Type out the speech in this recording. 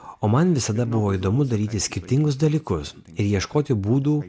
o man visada buvo įdomu daryti skirtingus dalykus ir ieškoti būdų